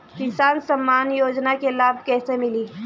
किसान सम्मान योजना के लाभ कैसे मिली?